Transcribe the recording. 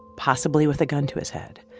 possibly with a gun to his head,